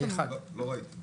לא ראיתי.